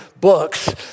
books